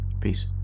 Peace